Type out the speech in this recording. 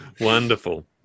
wonderful